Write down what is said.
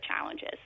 challenges